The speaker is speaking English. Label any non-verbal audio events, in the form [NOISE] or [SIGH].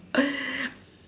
[NOISE]